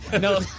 No